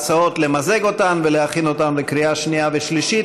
למזג את ההצעות ולהכין אותן לקריאה שנייה ושלישית.